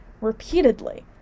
repeatedly